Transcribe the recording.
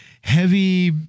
heavy